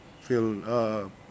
feel